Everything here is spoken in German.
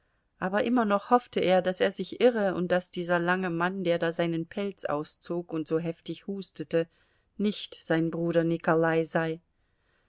aber immer noch hoffte er daß er sich irre und daß dieser lange mann der da seinen pelz auszog und so heftig hustete nicht sein bruder nikolai sei